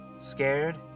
Scared